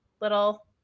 Little